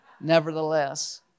nevertheless